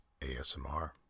ASMR